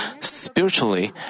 Spiritually